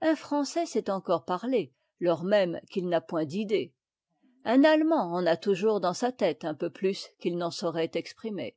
un français sait encore parler lors même qu'il n'a point d'idées un allemand en a toujours dans sa tête un peu plus qu'il n'en saurait exprimer